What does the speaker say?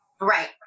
Right